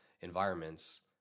environments